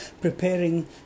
preparing